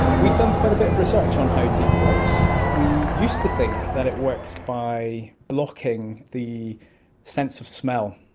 we've done quite a bit of research on how deet works. we used to think that it worked by blocking the sense of smell.